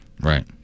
Right